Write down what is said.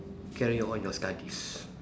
carry on your studies